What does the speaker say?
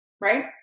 right